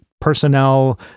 personnel